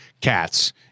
Cats